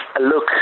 look